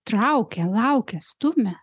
traukia laukia stumia